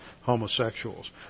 homosexuals